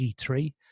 E3